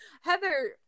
Heather